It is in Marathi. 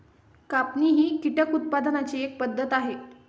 कापणी ही कीटक उत्पादनाची एक पद्धत आहे